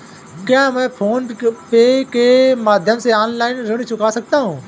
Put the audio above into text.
क्या मैं फोन पे के माध्यम से ऑनलाइन ऋण चुका सकता हूँ?